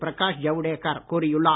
பிரகாஷ் ஜவ்டேக்கர் கூறியுள்ளார்